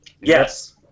Yes